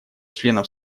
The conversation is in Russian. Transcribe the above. членов